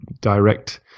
direct